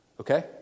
Okay